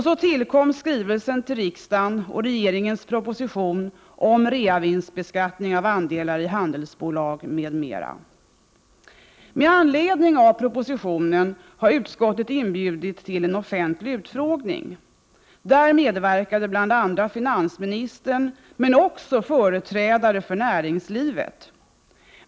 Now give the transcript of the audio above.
Så tillkom skrivelsen till riksdagen och regeringens proposition om reavinstbeskattning av andelar i handelsbolag m.m. Med anledning av propositionen har utskottet inbjudit till en offentlig utfrågning. Där medverkade bl.a. finansministern men också företrädare för näringslivet.